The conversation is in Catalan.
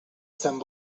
sant